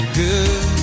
good